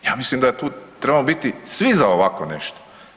Ja mislim da tu trebamo biti svi za ovako nešto.